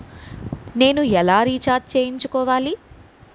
నేను ఎలా రీఛార్జ్ చేయించుకోవాలి?